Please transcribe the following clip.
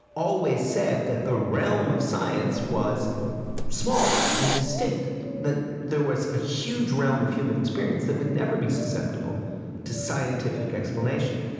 always said that the realm of science was small and distinct that there was a huge realm of human experience that would never be susceptible to scientific explanation.